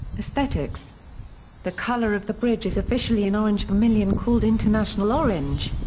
aesthetics the color of the bridge is officially an orange vermillion called international orange.